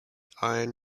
iron